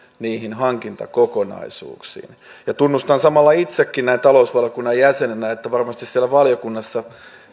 niihin hankintakokonaisuuksiin tunnustan samalla itsekin näin talousvaliokunnan jäsenenä että varmasti siellä valiokunnassa